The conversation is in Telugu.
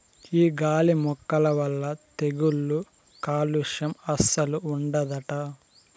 ఈ గాలి మొక్కల వల్ల తెగుళ్ళు కాలుస్యం అస్సలు ఉండదట